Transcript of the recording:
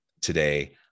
today